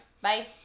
Bye